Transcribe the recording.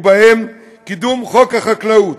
ובהם: קידום חוק החקלאות